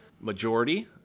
majority